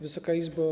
Wysoka Izbo!